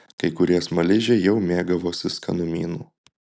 kai kurie smaližiai jau mėgavosi skanumynu